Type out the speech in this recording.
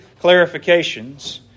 clarifications